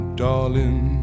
darling